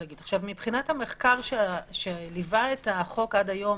מבחינת המחקר שליווה את החוק עד היום,